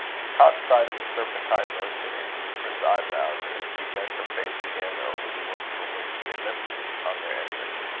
he caught sight of a serpentine motion in euphra's eyebrows, as she bent her face again over the work from which she had lifted it on their entrance.